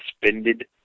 suspended